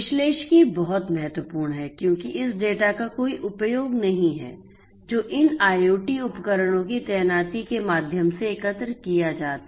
विश्लेषिकी बहुत महत्वपूर्ण है क्योंकि इस डेटा का कोई उपयोग नहीं है जो इन IoT उपकरणों की तैनाती के माध्यम से एकत्र किया जाता है